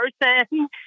person